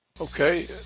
Okay